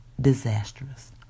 disastrous